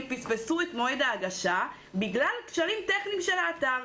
פספסו את מועד ההגשה בגלל כשלים טכניים של האתר.